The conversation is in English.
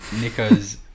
Nico's